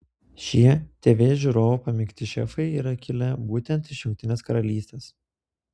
šie tv žiūrovų pamėgti šefai yra kilę būtent iš jungtinės karalystės